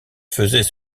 faisait